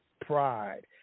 pride